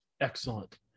Excellent